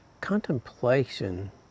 contemplation